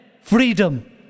Freedom